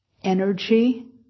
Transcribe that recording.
energy